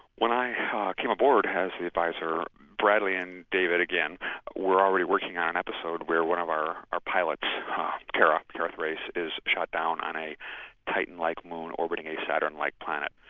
when i ah came aboard as the adviser, bradley and david again were already working on an episode where one of our our pilots kara kara thrace is shot down on a titan like moon orbiting a saturn-like planet.